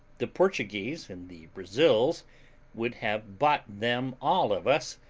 the portuguese in the brazils would have bought them all of us,